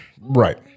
Right